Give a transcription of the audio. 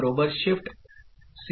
Serialin Shift'